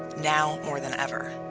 now more than ever.